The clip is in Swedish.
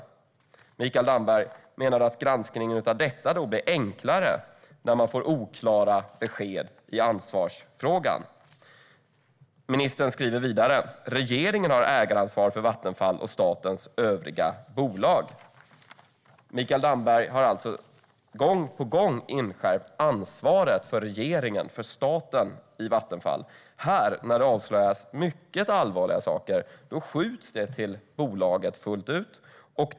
Menar Mikael Damberg att granskningen av detta blir enklare när man får oklara besked i ansvarsfrågan? Ministern har tidigare också skrivit att regeringen har ägaransvar för Vattenfall och statens övriga bolag. Mikael Damberg har alltså gång på gång inskärpt ansvaret för regeringen, för staten, för Vattenfall. Men när det avslöjas mycket allvarliga saker skjuts det över på bolaget fullt ut.